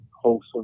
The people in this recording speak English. wholesome